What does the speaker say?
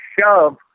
shove